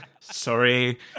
Sorry